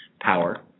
power